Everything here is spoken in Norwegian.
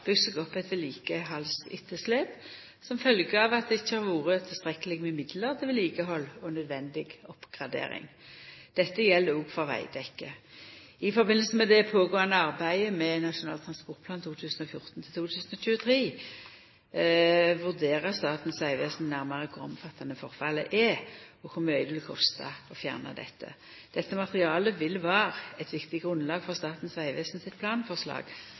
seg opp eit vedlikehaldsetterslep som følgje av at det ikkje har vore tilstrekkeleg med midlar til vedlikehald og nødvendig oppgradering. Dette gjeld òg for vegdekke. I samband med det pågåande arbeidet med Nasjonal transportplan 2014–2023 vurderer Statens vegvesen nærare kor omfattande forfallet er, og kor mykje det vil kosta å fjerna dette. Dette materialet vil vera eit viktig grunnlag for Statens vegvesen sitt planforslag,